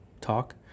talk